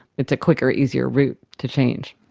it's a quicker, easier route to change.